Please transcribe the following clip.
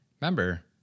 remember –